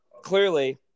clearly